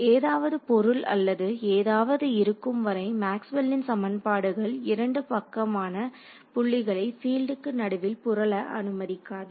ஏதாவது பொருள் அல்லது ஏதாவது இருக்கும் வரை மேக்ஸ்வெலின் சமன்பாடுகள் இரண்டு பக்கமான புள்ளிகளை பீல்டுக்கு நடுவில் புரல அனுமதிக்காது